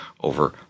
over